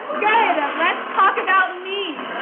good, let's talk about me!